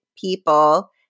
people